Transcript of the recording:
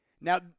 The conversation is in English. Now